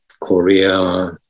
Korea